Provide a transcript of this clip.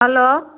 hello